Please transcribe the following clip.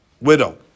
widow